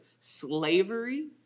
slavery